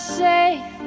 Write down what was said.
safe